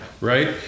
right